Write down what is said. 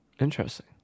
interesting